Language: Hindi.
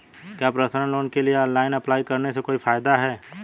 क्या पर्सनल लोन के लिए ऑनलाइन अप्लाई करने से कोई फायदा है?